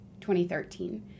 2013